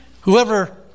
whoever